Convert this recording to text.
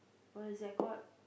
what is that called